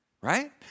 Right